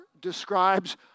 describes